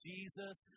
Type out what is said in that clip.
Jesus